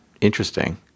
interesting